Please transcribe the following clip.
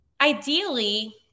ideally –